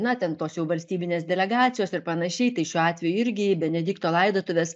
na ten tos jau valstybinės delegacijos ir panašiai tai šiuo atveju irgi į benedikto laidotuves